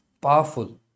powerful